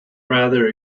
rather